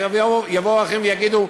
יבואו אחרים ויגידו: